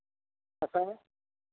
आषाढ़